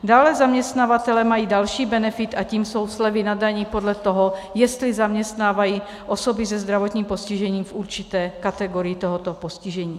Dále zaměstnavatelé mají další benefit a tím jsou slevy na dani podle toho, jestli zaměstnávají osoby se zdravotním postižením v určité kategorii tohoto postižení.